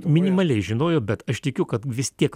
minimaliai žinojo bet aš tikiu kad vis tiek